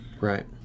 Right